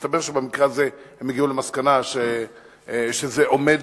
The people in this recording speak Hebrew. מסתבר שבמקרה הזה הם הגיעו למסקנה שזה עומד